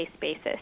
basis